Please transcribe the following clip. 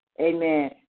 amen